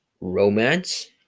romance